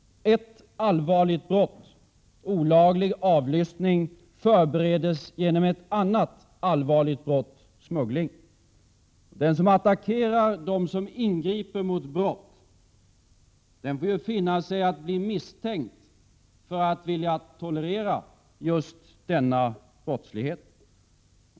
Ett allvarligt brott — olaglig avlyssning — förbereddes genom ett annat allvarligt brott, nämligen smuggling. Den som attackerar dem som ingriper mot brott får finna sig i att bli misstänkt för att vilja tolerera just brottslighet.